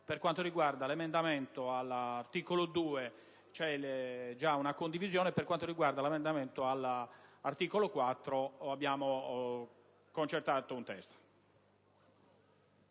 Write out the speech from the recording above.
Per quanto riguarda l'emendamento all'articolo 2 c'è già una condivisione; per quanto riguarda l'emendamento all'articolo 4 abbiamo concertato un testo.